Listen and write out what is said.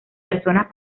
personas